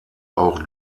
auch